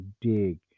dig